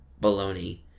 baloney